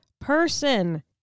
person